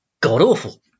god-awful